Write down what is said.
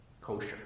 kosher